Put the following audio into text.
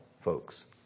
folks